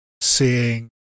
seeing